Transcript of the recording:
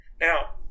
Now